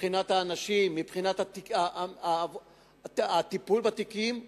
מבחינת האנשים, מבחינת הטיפול בתיקים,